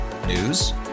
News